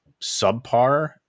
subpar